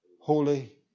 Holy